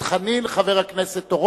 חבר הכנסת חנין,